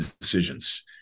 decisions